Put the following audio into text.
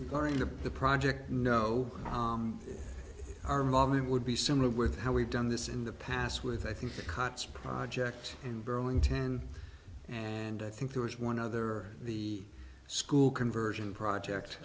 comments going to the project no our mommy would be similar with how we've done this in the past with i think the cots project in burlington and i think there was one other the school conversion project